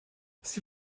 sie